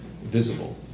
visible